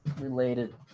Related